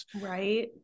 Right